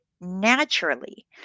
naturally